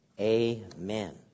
Amen